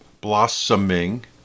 blossoming